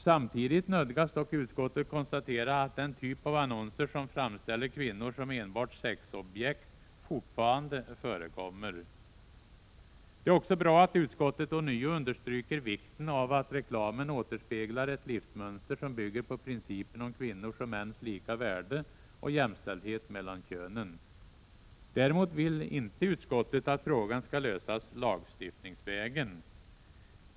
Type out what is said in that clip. Samtidigt 153 nödgas dock utskottet konstatera att den typ av annonser som framställer kvinnor som enbart sexobjekt fortfarande förekommer. Det är också bra att utskottet ånyo understryker vikten av att reklamen återspeglar ett livsmönster, som bygger på principen om kvinnors och mäns lika värde och jämställdhet mellan könen. Däremot vill inte utskottet att frågan skall lösas lagstiftningsvägen.